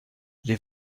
les